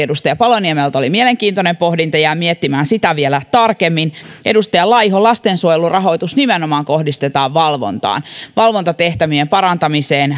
edustaja paloniemeltä mielenkiintoinen pohdinta jään miettimään sitä vielä tarkemmin edustaja laiho lastensuojelurahoitus nimenomaan kohdistetaan valvontaan valvontatehtävien parantamiseen